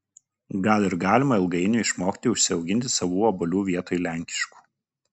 gal ir galima ilgainiui išmokti užsiauginti savų obuolių vietoj lenkiškų